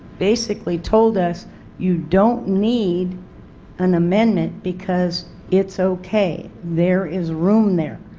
basically told us you don't need and amendment because it's okay. there is room there.